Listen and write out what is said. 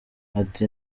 ati